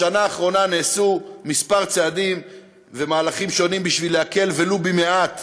בשנה האחרונה נעשו כמה צעדים ומהלכים שונים בשביל להקל ולו במעט